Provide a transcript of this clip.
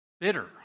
bitter